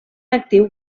actiu